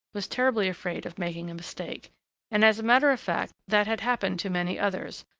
was terribly afraid of making a mistake and, as a matter of fact, that had happened to many others,